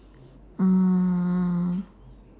mm